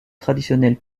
traditionnel